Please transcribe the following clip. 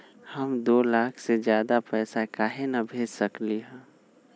हम दो लाख से ज्यादा पैसा काहे न भेज सकली ह?